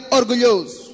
orgulhoso